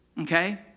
okay